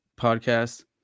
podcast